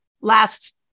last